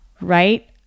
right